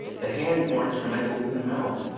the hand more instrumental to the mouth,